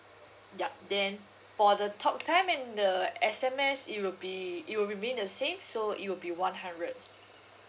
ya then for the talk time and the S_M_S it will be it will remain the same so it will be one hundred